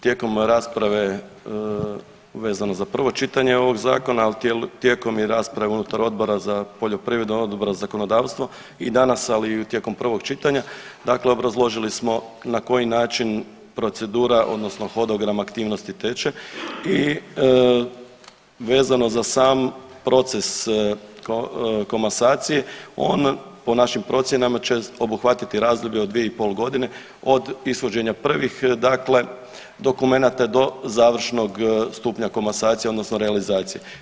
Tijekom rasprave vezano za prvo čitanje ovog zakona, ali i tijekom rasprave unutar Odbora za poljoprivredu, Odbora za zakonodavstvo i danas ali i tijekom prvog čitanja obrazložili smo na koji način procedura odnosno hodogram aktivnosti teče i vezano za sam proces komasacije on po našim procjenama će obuhvatiti razdoblje od dvije i pol godine od ishođenja prvih dokumenata do završnog stupnja komasacije odnosno realizacije.